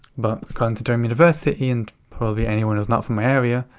but according to durham university and probably anyone who's not from my area,